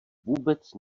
vůbec